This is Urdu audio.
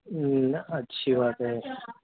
اچھی بات ہے